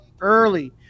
early